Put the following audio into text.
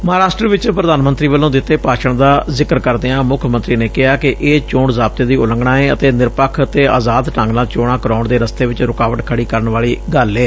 ਮਹਾਂਰਾਸ਼ਟਰ ਵਿਚ ਪ੍ਰਧਾਨ ਮੰਤਰੀ ਵੱਲੋਂ ਦਿੱਤੇ ਭਾਸ਼ਣ ਦਾ ਜ਼ਿਕਰ ਕਰਦਿਆਂ ਮੁੱਖ ਮੰਤਰੀ ਨੇ ਕਿਹੈ ਕਿ ਇਹ ਚੋਣ ਜ਼ਾਬਤੇ ਦੀ ਉਲੰਘਣਾ ਏ ਅਤੇ ਨਿਰਪੱਖ ਤੇ ਅਜ਼ਾਦ ਢੰਗ ਨਾਲ ਚੋਣਾਂ ਕਰਾਉਣ ਦੇ ਰਸਤੇ ਚ ਰੁਕਾਵਟ ਖੜੀ ਕਰਨ ਵਲੀ ਗੱਲ ਐ